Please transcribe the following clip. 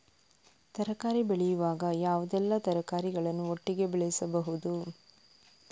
ತರಕಾರಿ ಬೆಳೆಯುವಾಗ ಯಾವುದೆಲ್ಲ ತರಕಾರಿಗಳನ್ನು ಒಟ್ಟಿಗೆ ಬೆಳೆಸಬಹುದು?